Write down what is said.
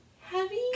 Heavy